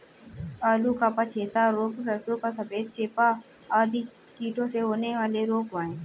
आलू का पछेता रोग, सरसों का सफेद चेपा आदि कीटों से होने वाले रोग हैं